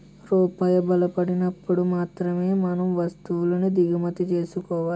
రూపాయి బలపడినప్పుడు మాత్రమే మనం వస్తువులను దిగుమతి చేసుకోవాలి